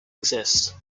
exist